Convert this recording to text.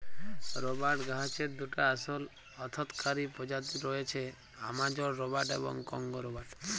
রবাট গাহাচের দুটা আসল অথ্থকারি পজাতি রঁয়েছে, আমাজল রবাট এবং কংগো রবাট